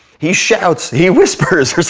he shouts, he whispers,